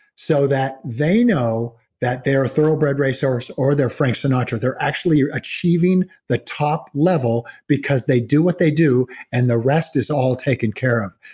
so that they know that their thoroughbred racehorse or their frank sinatra, they're actually achieving the top level because they do what they do and the rest is all taken care of.